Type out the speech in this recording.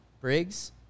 Briggs